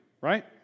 right